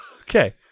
Okay